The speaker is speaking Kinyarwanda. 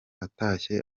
atashye